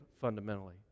fundamentally